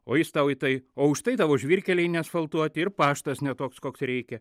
o jis tau į tai o už tai tavo žvyrkeliai neasfaltuoti ir paštas ne toks koks reikia